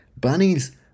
Bunnies